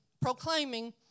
proclaiming